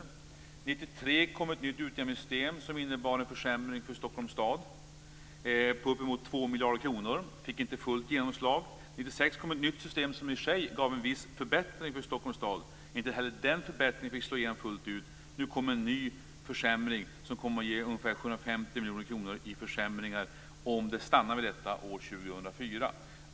1993 kom ett utjämningssystem som innebar en försämring för Stockholms stad på uppemot 2 miljarder kronor. Det fick inte fullt genomslag. 1996 kom ett nytt system som i och för sig gav en förbättring för Stockholms stad. Inte heller den förbättringen fick slå igenom fullt ut. Nu kommer en ny försämring som kommer att ge ungefär 750 miljoner kronor i försämringar, om det stannar vid detta, år 2004.